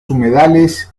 humedales